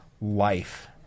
life